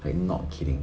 like not kidding